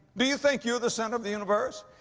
do you think you're the center of the universe?